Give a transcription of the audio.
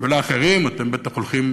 ולאחרים אתם בטח הולכים